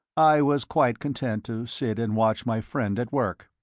i was quite content to sit and watch my friend at work.